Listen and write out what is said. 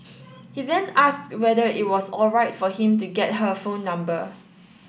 he then asked whether it was alright for him to get her phone number